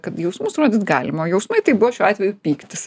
kad jausmus rodyt galima o jausmai tai buvo šiuo atveju pyktis